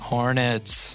Hornets